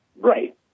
Right